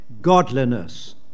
godliness